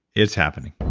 it's happening